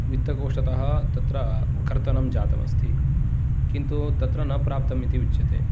वित्तकोषतः तत्र कर्तनम् जातम् अस्ति किन्तु तत्र न प्राप्तम् इति उच्यते